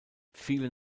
viele